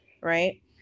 right